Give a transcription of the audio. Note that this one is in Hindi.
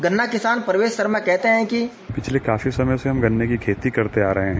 गन्ना किसान प्रवेश शर्मा कहते हैं कि पिछले काफी समय से गन्ने की खेती करते आ रहे है